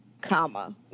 comma